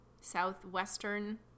southwestern